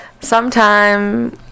sometime